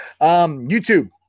YouTube